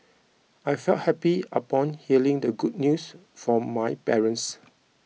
I felt happy upon hearing the good news from my parents